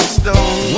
stone